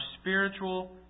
spiritual